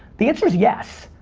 the answer is yes.